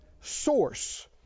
source